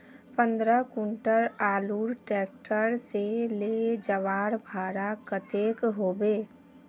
पंद्रह कुंटल आलूर ट्रैक्टर से ले जवार भाड़ा कतेक होबे?